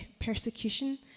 persecution